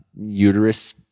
uterus